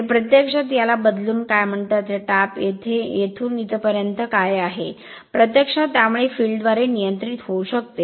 आणि प्रत्यक्षात याला बदलून काय म्हणतात हे टॅप येथून इथपर्यंत काय आहे प्रत्यक्षात त्यामुळे फील्ड त्याद्वारे नियंत्रित होऊ शकते